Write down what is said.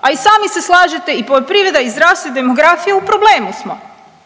a i sami se slažete i poljoprivreda i zdravstvo i demografija u problemu smo.